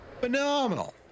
phenomenal